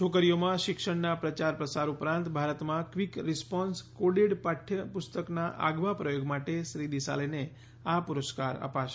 છોકરીઓમાં શિક્ષણના પ્રચાર પ્રસાર ઉપરાંત ભારતમાં ક્વીક રિસ્પોન્સ કોડેડ પાઠ્ય પુસ્તકના આગવા પ્રયોગ માટે શ્રી દિસાલેને આ પુરસ્કાર અપાશે